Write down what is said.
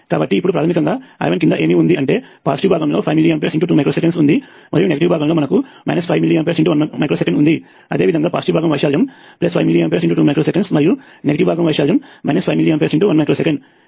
కాబట్టి ఇప్పుడు ప్రాథమికంగా I1 కింద ఏమి ఉంది అంటే పాజిటివ్ భాగంలో 5 mA 2 uS ఉంది మరియు నెగటివ్ భాగంలో మనకు 5mA1 uS ఉంది అదేవిధంగా పాజిటివ్ భాగం వైశాల్యం 5mA2uS మరియు నెగటివ్ భాగం వైశాల్యం 5mA1uS